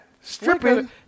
Stripping